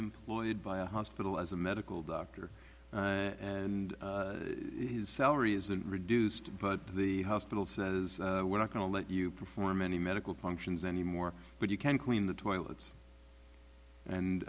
employed by a hospital as a medical doctor and his salary isn't reduced but the hospital says we're not going to let you perform any medical functions anymore but you can clean the toilets and